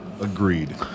Agreed